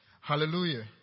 Hallelujah